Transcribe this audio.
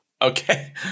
Okay